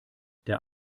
der